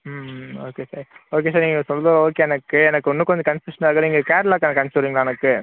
ம் ம் okay sir okay sir நீங்கள் சொல்கிறது ஓகே எனக்கு எனக்கு இன்னும் கொஞ்சம் கன்ஃபியூஷனா இருக்கும் நீங்கள் கேட்லாக் எனக்கு அனுப்பிச்சிவுடுறீங்களா எனக்கு